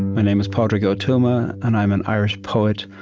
my name is padraig o tuama, and i'm an irish poet.